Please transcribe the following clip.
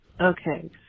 Okay